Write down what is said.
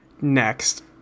Next